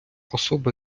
особа